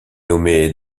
nommé